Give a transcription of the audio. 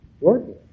working